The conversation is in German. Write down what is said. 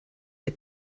der